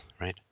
right